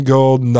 Gold